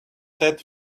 set